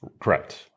Correct